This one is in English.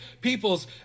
people's